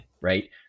right